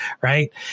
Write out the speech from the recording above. right